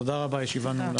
תודה רבה, הישיבה נעולה.